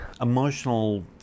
emotional